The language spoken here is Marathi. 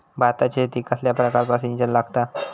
भाताच्या शेतीक कसल्या प्रकारचा सिंचन लागता?